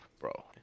bro